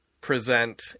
present